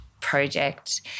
project